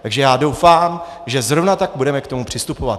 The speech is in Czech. Takže já doufám, že zrovna tak budeme k tomu přistupovat.